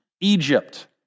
Egypt